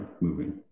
moving